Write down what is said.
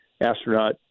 astronaut